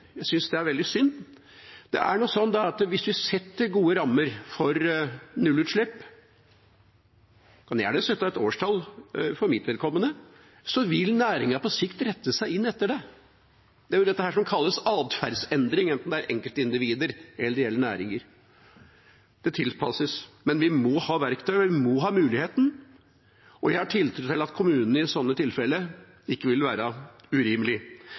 jeg synes det er veldig synd. Hvis vi setter gode rammer for nullutslipp – vi kan gjerne sette et årstall for mitt vedkommende – så vil næringen rette seg etter det. Det er dette som kalles atferdsendring, enten det gjelder enkeltindivider eller næringer, at det tilpasses. Men vi må ha verktøy, vi må ha muligheten, og jeg har tiltro til at kommunene i sånne tilfeller ikke vil være